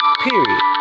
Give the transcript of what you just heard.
Period